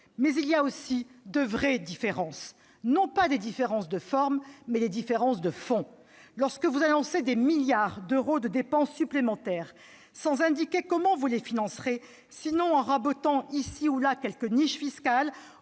aussi entre nous de vraies différences, non pas de forme, mais de fond. Lorsque vous annoncez des milliards d'euros de dépenses supplémentaires sans indiquer comment vous les financerez, sinon en rabotant ici ou là quelques niches fiscales,